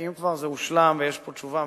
כי אם זה כבר הושלם ויש פה תשובה מפורטת,